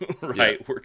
right